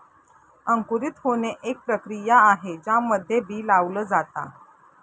अंकुरित होणे, एक प्रक्रिया आहे ज्यामध्ये बी लावल जाता